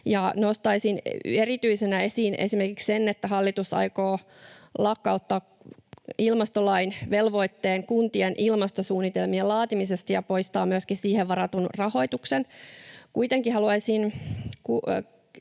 nostaisin erityisenä esiin esimerkiksi sen, että hallitus aikoo lakkauttaa ilmastolain velvoitteen kuntien ilmastosuunnitelmien laatimisesta ja poistaa myöskin siihen varatun rahoituksen.